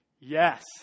yes